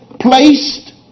placed